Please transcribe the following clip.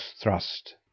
thrust